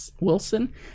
Wilson